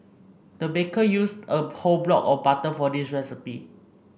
the baker used a whole block of butter for this recipe